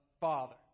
Father